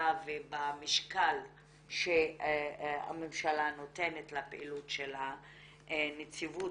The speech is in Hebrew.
ובמשקל שהממשלה נותנת לפעילות של הנציבות,